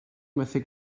methu